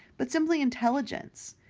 but simply intelligence.